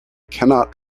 cannot